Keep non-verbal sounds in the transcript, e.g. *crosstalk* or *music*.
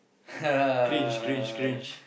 *laughs*